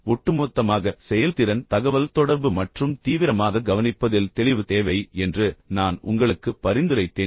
எனவே ஒட்டுமொத்தமாக செயல்திறன் தகவல்தொடர்பு மற்றும் தீவிரமாக கவனிப்பதில் தெளிவு தேவை என்று நான் உங்களுக்கு பரிந்துரைத்தேன்